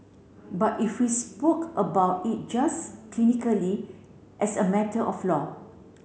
but if we spoke about it just clinically as a matter of law